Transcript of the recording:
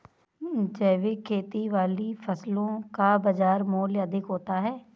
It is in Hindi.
जैविक खेती वाली फसलों का बाज़ार मूल्य अधिक होता है